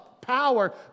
power